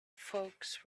folks